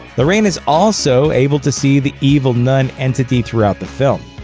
lorraine is also able to see the evil nun entity throughout the film.